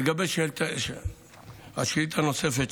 לגבי השאילתה הנוספת,